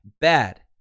bad